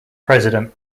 president